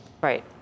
Right